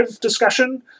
discussion